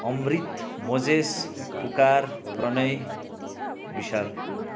Amrit Moses Pukar Pranay Vishal